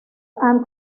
han